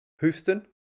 Houston